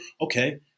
Okay